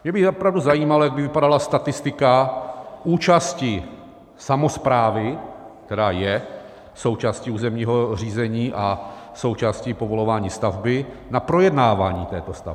Mě by opravdu zajímalo, jak by vypadala statistika účasti samosprávy, která je součástí územního řízení a součástí povolování stavby, na projednávání této stavby.